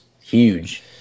huge